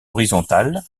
horizontale